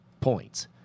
points